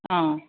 অঁ